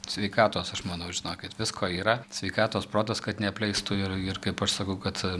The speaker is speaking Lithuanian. sveikatos aš manau žinokit visko yra sveikatos protas kad neapleistų ir ir kaip aš sakau kad